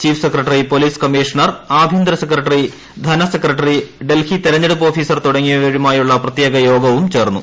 chief secretary police commissioner ആഭ്യന്തര secretary ധനസെക്രട്ടറി ഡൽഹി തെരഞ്ഞെടുപ്പ് ഓഫീസർ തുടങ്ങിയവരുമായുള്ള പ്രത്യേക യോഗവും ചേർന്നു